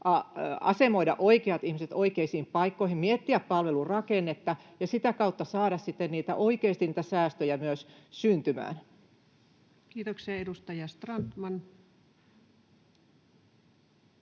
asemoida oikeat ihmiset oikeisiin paikkoihin, miettiä palvelurakennetta ja sitä kautta saada sitten oikeasti niitä säästöjä syntymään. Kiitoksia. — Edustaja Strandman.